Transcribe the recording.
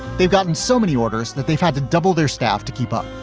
they've gotten so many orders that they've had to double their staff to keep up.